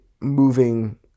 moving